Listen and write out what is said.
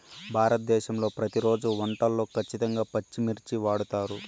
భారతదేశంలో ప్రతిరోజు వంటల్లో ఖచ్చితంగా పచ్చిమిర్చిని వాడుతారు